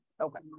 Okay